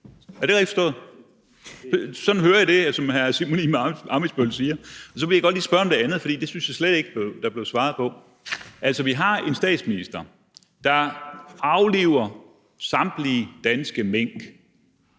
Er det rigtigt forstået? Sådan hører jeg det, som hr. Simon Emil Ammitzbøll-Bille siger. Så vil jeg godt lige spørge om det andet, fordi det synes jeg slet ikke der blev svaret på. Altså, vi har en statsminister, der afliver samtlige danske mink.